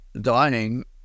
dining